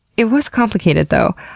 it was complicated though.